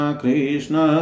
krishna